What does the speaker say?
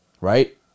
right